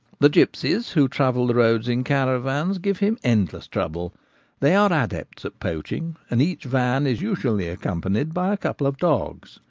the gipsies, who travel the road in caravans, give him endless trouble they are adepts at poaching, and each van is usually accompanied by a couple of dogs.